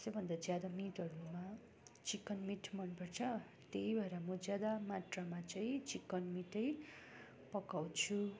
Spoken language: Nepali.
सबसे भन्दा ज्यादा मिटहरूमा चिकन मिट मन पर्छ त्यही भएर म ज्यादा मात्रमा चाहिँ चिकन मिटै पकाउँछु